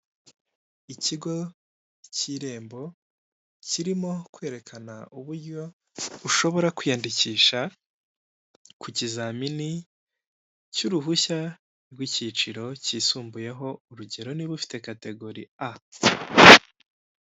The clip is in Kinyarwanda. Ikigo cy'irembo, kirimo kwerekana uburyo ushobora kwiyandikisha, ku kizamini cy'uruhushya rw'ikiciro kisumbuyeho urugero niba ufite kategori A.